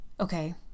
Okay